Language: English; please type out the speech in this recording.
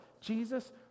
Jesus